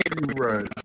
right